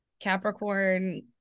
Capricorn